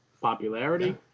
Popularity